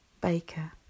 Baker